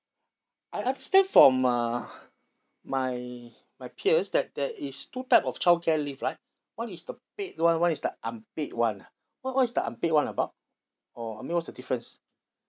I understand from my my my peers that there is two type of childcare leave right one is the paid [one] one is the unpaid [one] lah what what is the unpaid [one] about or or what's the difference